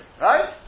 right